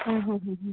हा हूं हूं हूं